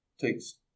Takes